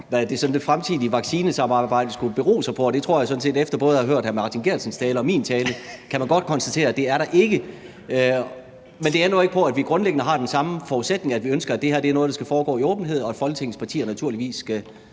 hvad det sådan fremtidige vaccinesamarbejde skulle bero på. Og efter man har hørt både hr. Martin Geertsens tale og min tale, tror jeg sådan set godt, man kan konstatere, at det er der ikke, men det ændrer jo ikke på, at vi grundlæggende har den samme intention om, at vi ønsker, at det her er noget, der skal foregå i åbenhed, og at Folketingets partier naturligvis skal